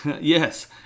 Yes